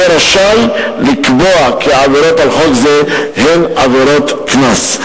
יהיה רשאי לקבוע כי העבירות על חוק זה הן עבירות קנס.